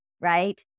right